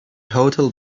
hotel